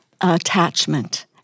Attachment